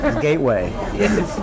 gateway